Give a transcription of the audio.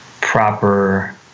proper